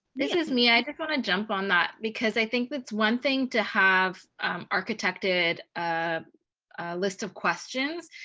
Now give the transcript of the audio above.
this is mia, i just wanna jump on that. because i think but it's one thing to have architected a list of questions,